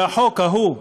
שהחוק ההוא,